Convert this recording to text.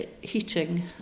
heating